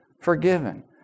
forgiven